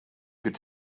could